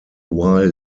while